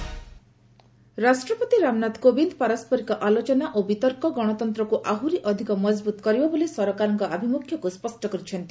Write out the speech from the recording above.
president address ରାଷ୍ଟ୍ରପତି ରାମନାଥ କୋବିନ୍ଦ ପାରସ୍କରିକ ଆଲୋଚନା ଓ ବିତର୍କ ଗଣତନ୍ତ୍ରକୁ ଆହୁରି ଅଧିକ ମଜବୁତ୍ କରିବ ବୋଲି ସରକାରଙ୍କ ଆଭିମୁଖ୍ୟକୁ ସ୍ୱଷ୍ଟ କରିଛନ୍ତି